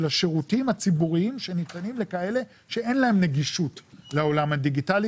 השירותים הציבוריים שניתנים לכאלה שאין להם נגישות לעולם הדיגיטלי.